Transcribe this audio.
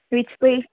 ਵਿੱਚ ਕੋਈ